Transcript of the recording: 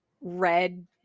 red